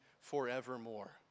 forevermore